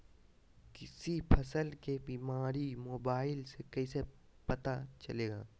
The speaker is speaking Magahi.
किसी फसल के बीमारी मोबाइल से कैसे पता चलेगा?